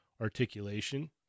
articulation